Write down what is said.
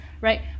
right